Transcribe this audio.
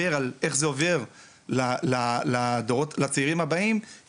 דיבר על איך שזה עובר לדורות הבאים של הצעירים.